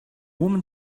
woman